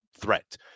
threat